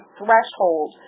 threshold